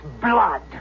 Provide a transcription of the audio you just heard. blood